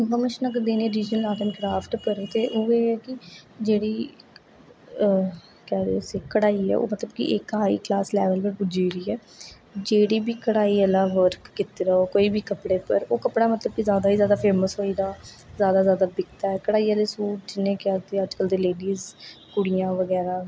उआं अगर असें आर्ट एंड कराफ्ट करनी ते जेहड़ी केह् आखदे उसी कढाई ऐ ओह् मतलब कि इक हाई क्लास लैवल उप्पर पुज्जी गेदी ऐ जेहड़ी बी कढाई कीती दी होग कोई बी कपडे़ उप्पर ओह् कपड़ा मतलब कि ज्यादा ही ज्यादा फेमस होई गेदा ज्यादा कोला ज्यादा बिकदा ऐ कढाई आहले सूट जिन्ने बी अजकल दी लेडीज कुड़ियां बगैरा